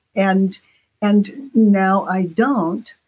and and now i don't.